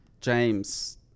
James